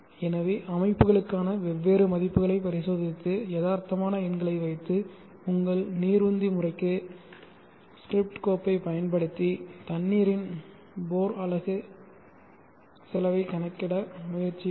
எனவே அமைப்புகளுக்கான வெவ்வேறு மதிப்புகளைப் பரிசோதித்து யதார்த்தமான எண்களை வைத்து உங்கள் நீர் உந்தி முறைக்கு ஸ்கிரிப்ட் கோப்பைப் பயன்படுத்தி தண்ணீரின் போர் அலகு செலவைக் கணக்கிட முயற்சியுங்கள்